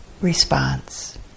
response